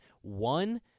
one